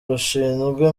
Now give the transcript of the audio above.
rushinzwe